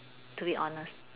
to be honest